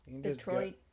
Detroit